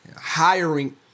hiring